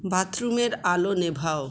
বাথরুমের আলো নেভাও